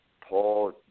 Paul